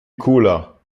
cooler